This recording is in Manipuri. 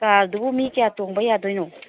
ꯀꯥꯔꯗꯨꯕꯨ ꯃꯤ ꯀꯌꯥ ꯇꯣꯡꯕ ꯌꯥꯗꯣꯏꯅꯣ